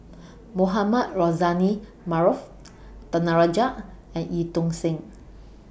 Mohamed Rozani Maarof Danaraj and EU Tong Sen